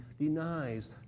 denies